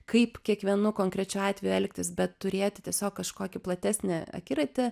kaip kiekvienu konkrečiu atveju elgtis bet turėti tiesiog kažkokį platesnį akiratį